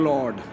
Lord